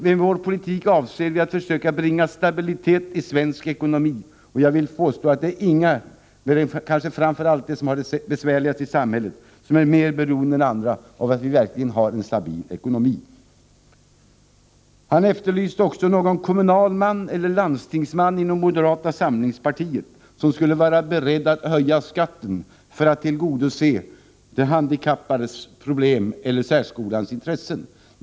Med vår politik avser vi att försöka bringa stabilitet i svensk ekonomi, och jag vill påstå att de som har det besvärligast i samhället är mer beroende än andra av att vi verkligen har en stabil ekonomi. Bengt Lindqvist efterlyste också någon kommunalman eller landstingsman inom moderata samlingspartiet som skulle vara beredd att höja skatten för att tillgodose de handikappades eller särskolans intressen.